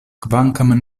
kvankam